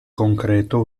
concreto